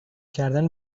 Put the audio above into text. کردن